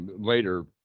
later